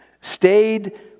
Stayed